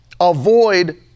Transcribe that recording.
Avoid